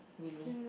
really